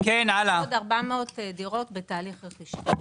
יש עוד 400 דירות בתהליך רכישה.